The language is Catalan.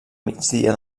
migdia